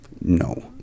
No